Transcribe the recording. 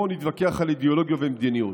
בואו נתווכח על אידיאולוגיה ומדיניות.